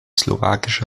slowakische